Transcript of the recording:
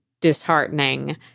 disheartening